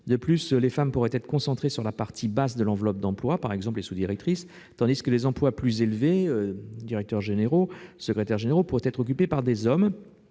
De plus, les femmes pourraient être concentrées sur la partie « basse » de l'enveloppe d'emplois, par exemple les postes de sous-directrices, tandis que les emplois plus élevés- directeurs généraux, secrétaires généraux -pourraient être occupés par des hommes,